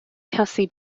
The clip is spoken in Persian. کسی